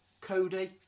Cody